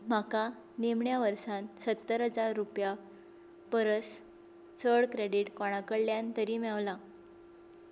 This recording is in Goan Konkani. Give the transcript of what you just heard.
म्हाका निमाण्या वर्सान सत्तर हजार रुपया परस चड क्रेडिट कोणाकडल्यान तरी मेवलां